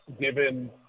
given